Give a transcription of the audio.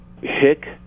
hick